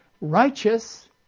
righteous